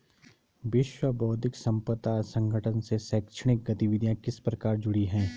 विश्व बौद्धिक संपदा संगठन से शैक्षणिक गतिविधियां किस प्रकार जुड़ी हैं?